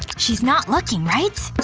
she's not looking, right?